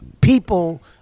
people